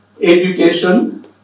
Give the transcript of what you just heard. education